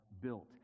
built